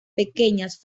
pequeñas